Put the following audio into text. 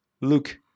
look